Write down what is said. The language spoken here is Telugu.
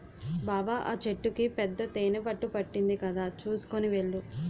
బావా ఆ చెట్టుకి పెద్ద తేనెపట్టు పట్టింది కదా చూసుకొని వెళ్ళు